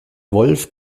wolf